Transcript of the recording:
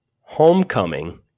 Homecoming